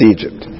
Egypt